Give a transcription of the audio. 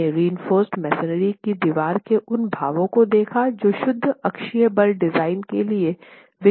हमने reinforced masonry की दीवार में उन भावों को देखा जो शुद्ध अक्षीय बल डिज़ाइन के लिए विकसित किए गए हैं